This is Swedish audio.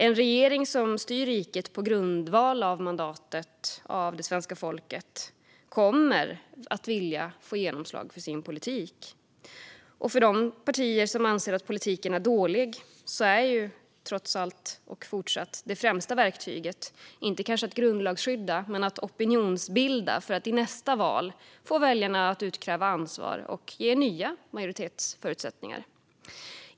En regering som styr riket på grundval av mandatet från svenska folket kommer att vilja få genomslag för sin politik. För de partier som anser att politiken är dålig är fortfarande det främsta verktyget trots allt kanske inte att grundlagsskydda utan att opinionsbilda för att i nästa val få väljarna att utkräva ansvar och ge nya majoritetsförutsättningar.